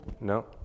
No